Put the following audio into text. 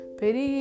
peri